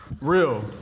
Real